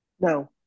No